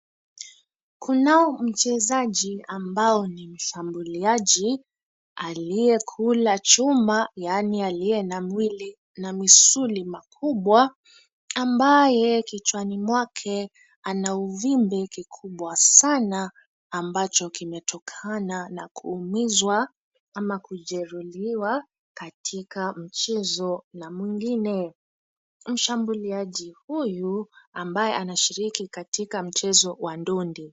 Kunao mchezaji ambao ni mshambuliaji aliyekula chuma yaani aliye na mwili na misuli makubwa ambaye kichwani mwake ana uvimbe kikubwa sana ambacho kimetokana na kuumizwa ama kujeruhiwa katika mchezo na mwingine. Mshambuliaji huyu ambaye anashiriki katika mchezo wa ndondi.